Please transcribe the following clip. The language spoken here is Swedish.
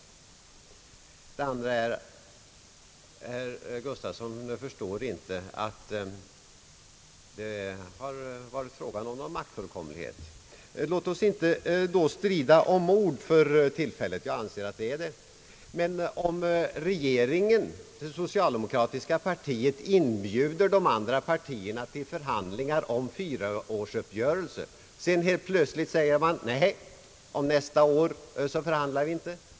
Herr Gustavsson förstår inte att det varit fråga om någon maktfullkomlighet. Jag anser det, men låt oss då inte strida om ord för tillfället. Regeringen och socialdemokratiska partiet har inbjudit de andra partierna till förhandlingar om fyraårsuppgörelser, men säger sedan helt plötsligt: Om nästa år förhandlar vi inte!